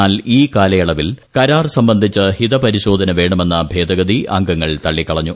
എന്നാൽ ഈ കാലയളവിൽ കരാർ സംബന്ധിച്ച് ഹിതപരിശോധന വേണമെന്ന ഭേദഗതി അംഗങ്ങൾ തള്ളിക്കളഞ്ഞു